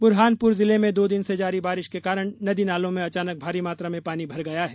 बुरहानपुर जिले में दो दिन से जारी बारिश के कारण नदी नालों में अचानक भारी मात्रा में पानी भर गया हैं